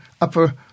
upper